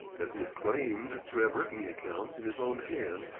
as he had claimed to have written the accounts in his own hand,